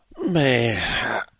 Man